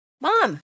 Mom